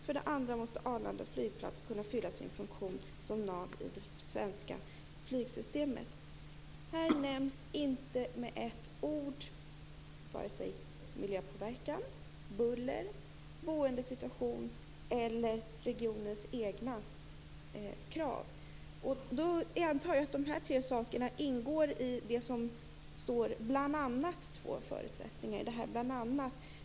För det andra måste Arlanda flygplats kunna fylla sin funktion som nav i det svenska flygsystemet." Här nämns inte med ett ord miljöpåverkan, buller, boendesituation eller regionens egna krav. Då antar jag att dessa saker ingår i "bl.a. två förutsättningar".